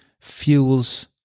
fuels